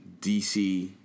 DC